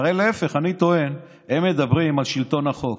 הרי להפך, אני טוען, הם מדברים על שלטון החוק,